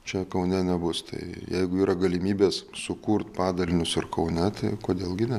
čia kaune nebus tai jeigu yra galimybės sukurt padalinius ir kaune tai kodėl gi ne